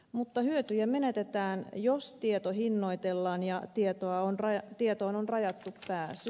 mutta hyötyjä menetetään jos tieto hinnoitellaan ja tietoon on rajattu pääsy